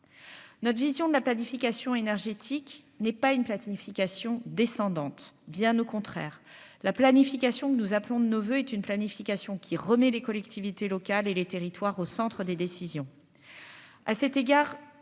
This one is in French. notre vision de la planification énergétique n'est pas une platine fication, descendante, bien au contraire, la planification que nous appelons de nos voeux est une planification qui remet les collectivités locales et les territoires au centre des décisions